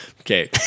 okay